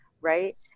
Right